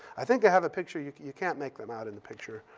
i think i have picture. you you can't make them out in the picture.